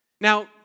Now